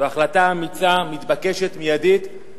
זו החלטה אמיצה, מתבקשת, מיידית.